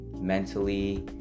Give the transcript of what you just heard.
mentally